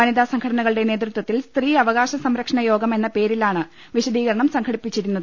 വനിതാ സംഘടനകളുടെ നേതൃത്വത്തിൽ സ്ത്രീ അവകാശ സംരക്ഷണ യോഗം എന്ന പേരിലാണ് വിശദീകരണം സംഘടിപ്പിച്ചി രിക്കുന്നത്